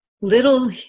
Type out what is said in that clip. little